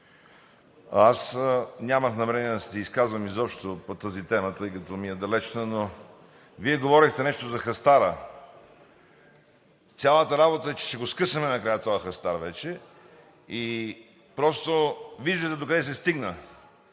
нямах намерение да се изказвам изобщо по тази тема, тъй като ми е далечна, но Вие говорехте нещо за хастара. Цялата работа е, че вече ще го скъсаме накрая този хастар и виждате докъде се стигна